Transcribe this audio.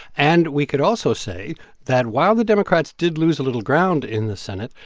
and we could also say that while the democrats did lose a little ground in the senate,